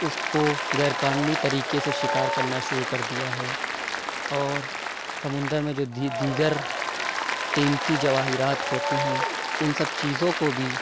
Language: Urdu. اُس کو غیر قانونی طریقے سے شکار کرنا شروع کردیا ہے اور سمندر میں جو دی دیگر قیمتی جواہرات ہوتے ہیں اُن سب چیزوں کو بھی